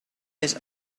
his